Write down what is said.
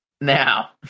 Now